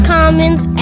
Commons